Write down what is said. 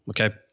Okay